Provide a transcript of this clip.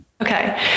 Okay